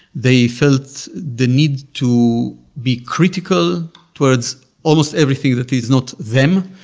they felt the need to be critical towards almost everything that is not them.